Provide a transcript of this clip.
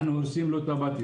אנחנו הורסים לו את הבתים,